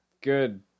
Good